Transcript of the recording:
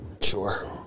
Sure